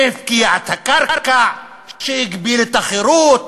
שהפקיע את הקרקע, שהגביל את החירות,